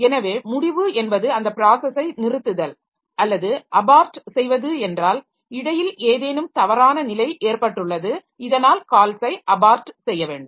எனவே முடிவு என்பது அந்த ப்ராஸஸை நிறுத்துதல் அல்லது அபார்ட் செய்வது என்றால் இடையில் ஏதேனும் தவறான நிலை ஏற்பட்டுள்ளது இதனால் கால்ஸை அபார்ட் செய்ய வேண்டும்